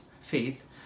faith